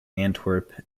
antwerp